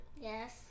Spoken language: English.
Yes